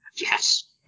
yes